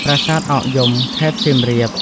ប្រាសាទអកយំ ខេត្តសៀមរាប។